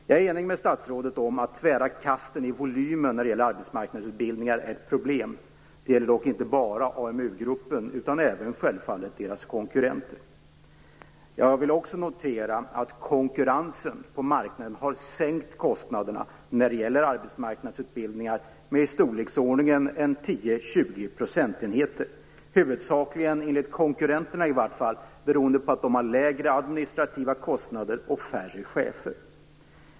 Jag är enig med statsrådet om att de tvära kasten i volymen när det gäller arbetsmarknadsutbildningar är ett problem. Det gäller dock inte bara AMU-gruppen utan självfallet även deras konkurrenter. Jag vill också notera att konkurrensen på marknaden har sänkt kostnaderna för arbetsmarknadsutbildningar med i storleksordningen 10-20 procentenheter, enligt konkurrenterna beroende på att de har lägre administrativa kostnader och färre chefer.